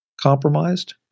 compromised